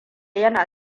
yana